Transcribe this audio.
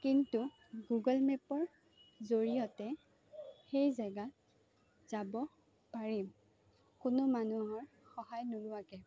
কিন্তু গুগল মেপৰ জৰিয়তে সেই জেগাত যাব পাৰিম কোনো মানুহৰ সহায় নোলোৱাকৈ